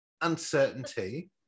uncertainty